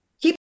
Keep